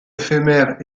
éphémère